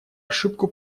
ошибку